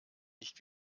nicht